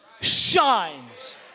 shines